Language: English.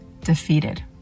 defeated